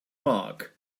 mark